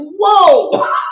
whoa